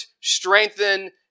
strengthen